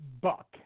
Buck